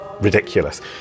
ridiculous